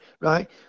Right